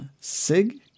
Sig